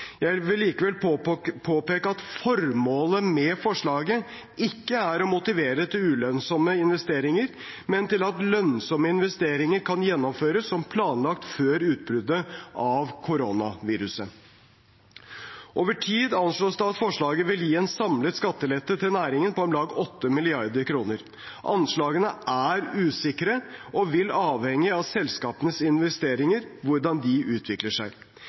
Jeg vil likevel påpeke at formålet med forslaget ikke er å motivere til ulønnsomme investeringer, men til at lønnsomme investeringer kan gjennomføres som planlagt før utbruddet av koronaviruset. Over tid anslås det at forslaget vil gi en samlet skattelette til næringen på om lag 8 mrd. kr. Anslagene er usikre og vil avhenge av selskapenes investeringer, hvordan de utvikler seg.